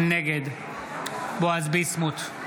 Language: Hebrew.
נגד בועז ביסמוט,